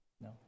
No